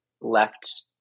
left